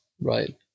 right